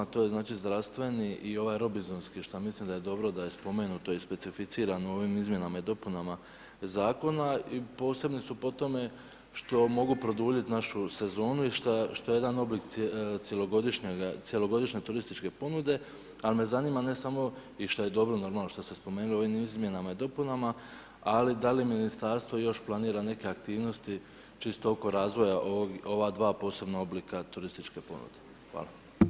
To je znači zdravstveni i ovaj robinzonski što mislim da je dobro da je spomenuto i specificirano ovim izmjena i dopunama Zakona i posebni su po tome što mogu produljiti našu sezonu i što jedan oblik cjelogodišnje turističke ponude, al me zanima ne samo i što je dobro, normalno što ste spomenuli u ovim izmjenama i dopunama, ali da li Ministarstvo još planira neke aktivnosti čisto oko razvoja ova dva posebna oblika turističke ponude.